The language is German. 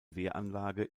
wehranlage